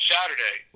Saturday